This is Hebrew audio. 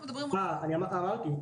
אמרתי,